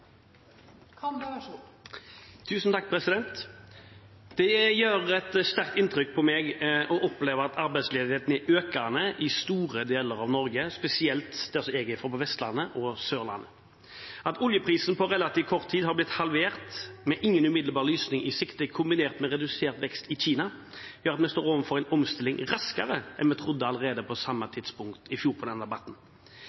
kan finne felles løsninger framover. Det gjør et sterkt inntrykk på meg å oppleve at arbeidsledigheten er økende i store deler av Norge, spesielt der jeg er fra, Vestlandet, og på Sørlandet. At oljeprisen på relativt kort tid har blitt halvert med ingen umiddelbar lysning i sikte, kombinert med redusert vekst i Kina, gjør at vi står overfor en omstilling raskere enn vi trodde allerede på